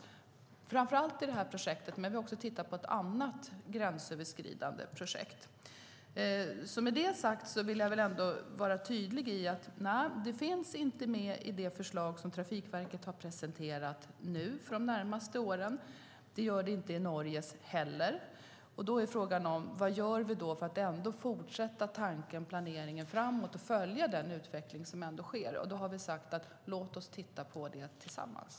Det gäller framför allt det nu aktuella projektet, men vi har även tittat på ett annat gränsöverskridande projekt. Med det sagt vill jag vara tydlig med att det inte finns med i det förslag som Trafikverket presenterat för de närmaste åren. Det finns inte heller med i Norges förslag. Frågan är vad vi gör för att kunna fortsätta att planera framåt och kunna följa den utveckling som sker, och vi har då sagt: Låt oss titta på det tillsammans.